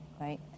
right